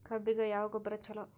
ಕಬ್ಬಿಗ ಯಾವ ಗೊಬ್ಬರ ಛಲೋ?